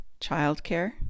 childcare